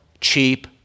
cheap